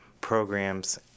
programs